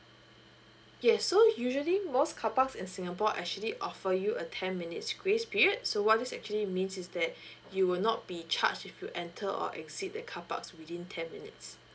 yes so usually most carparks in singapore actually offer you a ten minutes grace period so what this actually means is that you will not be charged if you enter or exit the carparks within ten minutes